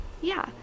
yeah-